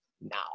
now